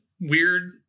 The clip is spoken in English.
weird